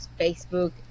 facebook